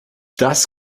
das